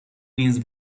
نیز